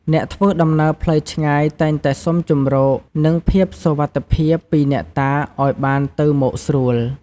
អ្នកធ្វើដំណើរផ្លូវឆ្ងាយតែងតែសុំជម្រក និងភាពសុវត្ថិភាពពីអ្នកតាឱ្យបានទៅមកស្រួល។